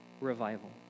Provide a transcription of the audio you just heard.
revival